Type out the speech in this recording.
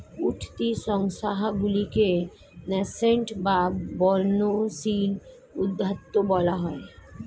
উঠতি সংস্থাগুলিকে ন্যাসেন্ট বা বর্ধনশীল উদ্যোক্তা বলা হয়